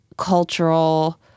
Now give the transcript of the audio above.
cultural